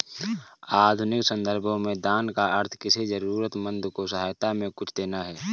आधुनिक सन्दर्भों में दान का अर्थ किसी जरूरतमन्द को सहायता में कुछ देना है